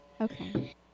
Okay